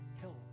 help